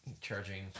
charging